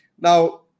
Now